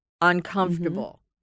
uncomfortable